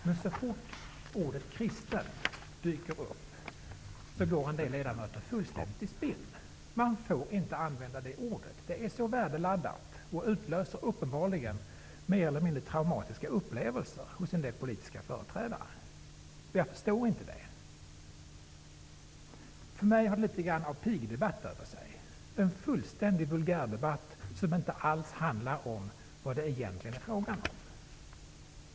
Men så fort ordet ''kristen'' dyker upp går en del ledamöter fullständigt i spinn. Man får inte använda det ordet. Det är värdeladdat och utlöser uppenbarligen mer eller mindre traumatiska upplevelser hos en del politiska företrädare. Jag förstår inte det. Jag tycker att debatten har litet grand av pigdebatt över sig. Det är en fullständig vulgärdebatt, som inte alls handlar om vad det egentligen är fråga om.